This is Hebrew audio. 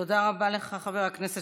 תודה רבה לך, חבר הכנסת